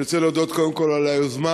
אני רוצה קודם כול להודות על היוזמה,